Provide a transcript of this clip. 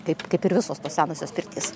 taip kaip ir visos tos senosios pirtys